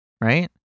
right